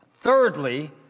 Thirdly